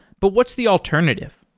but what's the alternative?